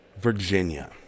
Virginia